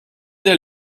dann